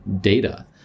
data